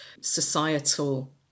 societal